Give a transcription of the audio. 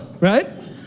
right